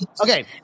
Okay